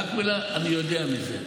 רק מילה, אני יודע מזה.